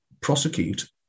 prosecute